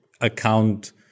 account